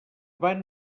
van